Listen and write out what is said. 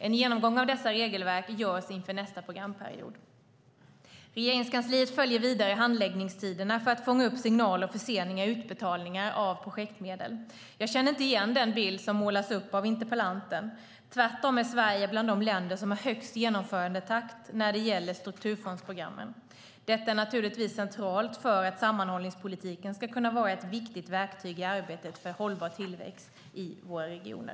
En genomgång av dessa regelverk görs inför nästa programperiod. Regeringskansliet följer vidare handläggningstiderna för att fånga upp signaler om förseningar i utbetalningar av projektmedel. Jag känner inte igen den bild som målas upp av interpellanten. Tvärtom är Sverige bland de länder som har högst genomförandetakt när det gäller strukturfondsprogrammen. Detta är naturligtvis centralt för att sammanhållningspolitiken ska kunna vara ett viktigt verktyg i arbetet för en hållbar tillväxt i våra regioner.